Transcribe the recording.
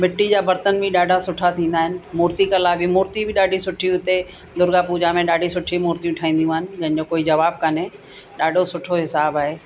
मिटी जा बर्तन बि ॾाढा सुठा थींदा आहिनि मूर्तिकला बि मूर्ति बि ॾाढी सुठी हुते दुर्गा पूॼा में ॾाढी सुठी मूर्तियूं ठाहींदी आहिनि जंहिंजो कोई जवाबु कान्हे ॾाढो सुठो हिसाबु आहे